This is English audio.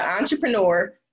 entrepreneur